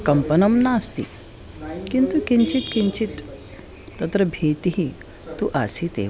कम्पनं नास्ति किन्तु किञ्चित् किञ्चित् तत्र भीतिः तु आसीदेव